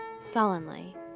sullenly